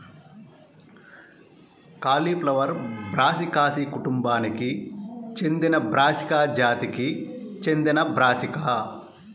cauliflower Brassicaceae కుటుంబానికి చెందినబ్రాసికా జాతికి చెందినబ్రాసికా